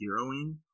Heroing